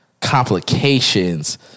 complications